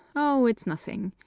oh, it's nothing.